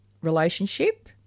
relationship